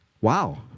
Wow